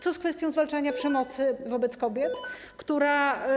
Co z kwestią zwalczania przemocy wobec kobiet?